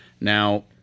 Now